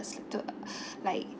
to like